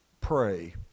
pray